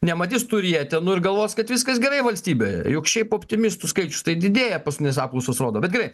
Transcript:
nematys tų rietenų ir galvos kad viskas gerai valstybėje juk šiaip optimistų skaičius didėja paskutinės apklausos rodo bet gerai